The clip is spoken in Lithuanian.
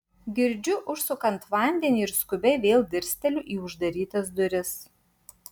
girdžiu užsukant vandenį ir skubiai vėl dirsteliu į uždarytas duris